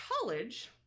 college